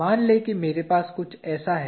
मान लें कि मेरे पास ऐसा कुछ है